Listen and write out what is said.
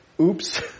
Oops